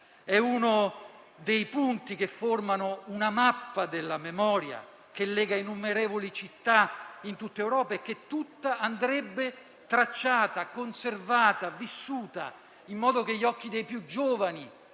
e uno dei punti che formano una mappa della memoria che lega innumerevoli città in tutta Europa e che tutta andrebbe tracciata, conservata e vissuta in modo che gli occhi dei più giovani